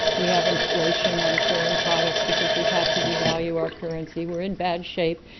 we have inflation on foreign products because we've had to devalue our currency, we're in bad shape,